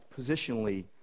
positionally